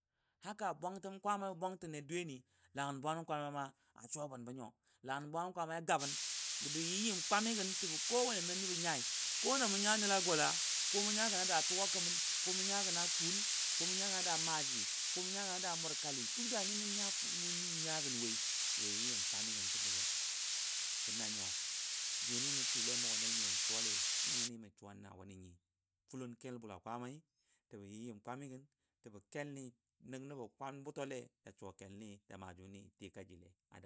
Haka bwangtəm Kwaamai bə bwangtən ne dwiyeni Langənbwangən Kwaamai a suwa bən bə nyo, Langəng bwangən Kwaamai a gabən gə bɔ yi yim kwamigən jəbɔ kowanel mʊ nyagən na gɔla ko mʊ nyagən a da tʊwa kemən ko mʊ nyagən a kul, komʊ nyagən a da maaji, ko mʊ nyagən a da mʊrkali duk daniko nʊwo nʊ mʊ nyagən wai bejə yi yim kwamigən. Gə na nyo jʊni mə swile a mʊgɔ nəlmi ya suwa lai nəngɔ jʊni nəng ni mə suwan na ni nyi, fʊlʊn kel bʊla Kwaamai, tə bə yi yim kwamigən səbɔ kel ni ni nəbɔ kwaan bʊtɔ le ja suwa kelni ja maa jʊni ya tika ji lai.